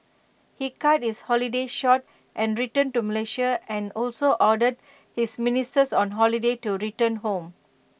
he cut his holiday short and returned to Malaysia and also ordered his ministers on holiday to return home